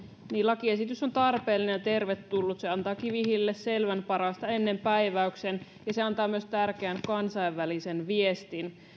lakiesitys on tarpeellinen ja tervetullut se antaa kivihiilelle selvän parasta ennen päiväyksen ja se antaa myös tärkeän kansainvälisen viestin